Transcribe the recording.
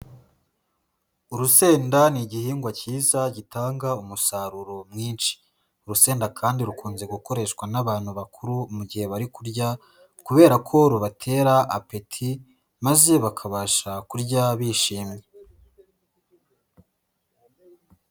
Urusenda ni igihingwa cyiza gitanga umusaruro mwinshi, urusenda kandi rukunze gukoreshwa n'abantu bakuru mu gihe bari kurya kubera ko rubatera apeti, maze bakabasha kurya bishimye.